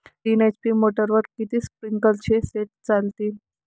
तीन एच.पी मोटरवर किती स्प्रिंकलरचे सेट चालतीन?